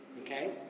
Okay